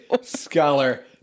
scholar